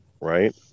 right